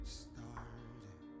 started